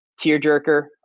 tearjerker